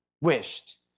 wished